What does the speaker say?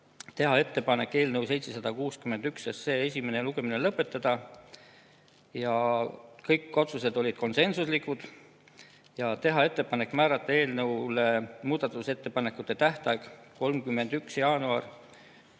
teha ettepanek eelnõu 761 esimene lugemine lõpetada. Kõik otsused olid konsensuslikud. Ja tehti ettepanek määrata eelnõu muudatusettepanekute tähtajaks 31. jaanuar